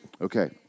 Okay